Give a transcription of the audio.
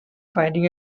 finding